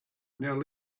now